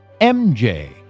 MJ